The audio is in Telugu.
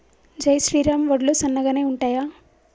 జై శ్రీరామ్ వడ్లు సన్నగనె ఉంటయా?